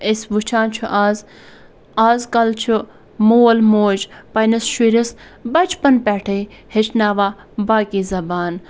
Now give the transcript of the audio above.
أسۍ وٕچھان چھُ آز آزکل چھُ مول موج پنٛنِس شُرِس بَچپَن پٮ۪ٹھَے ہیٚچھناوان باقی زَبان